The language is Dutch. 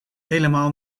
helemaal